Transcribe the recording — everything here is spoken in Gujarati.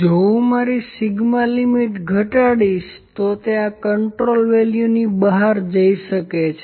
જો હું મારી સિગ્મા લિમિટ ઘટાડીશ તો તે આ કન્ટ્રોલ વેલ્યુની બહાર જઈ શકે છે